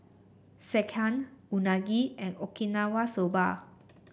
Sekihan Unagi and Okinawa Soba